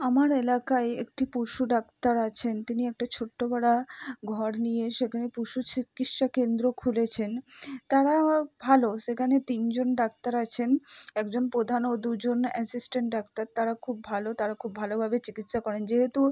আমার এলাকায় একটি পশু ডাক্তার আছেন তিনি একটা ছোট্ট ভাড়া ঘর নিয়ে সেখানে পশু চিকিৎসা কেন্দ্র খুলেছেন তারা ভালো সেখানে তিনজন ডাক্তার আছেন একজন প্রধান ও দুজন অ্যাসিস্ট্যান্ট ডাক্তার তারা খুব ভালো তারা খুব ভালোভাবে চিকিৎসা করেন যেহেতু